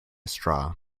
straw